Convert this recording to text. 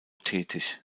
tätig